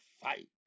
fight